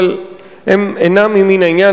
אבל הם אינם ממין העניין.